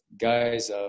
guys